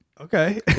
okay